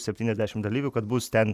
septyniasdešim dalyvių kad bus ten